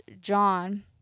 John